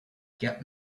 get